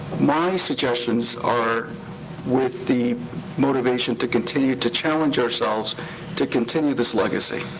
my suggestions are with the motivation to continue to challenge ourselves to continue this legacy,